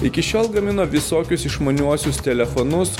iki šiol gamino visokius išmaniuosius telefonus